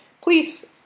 Please